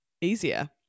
easier